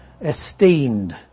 esteemed